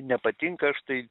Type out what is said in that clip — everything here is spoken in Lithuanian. nepatinka aš tai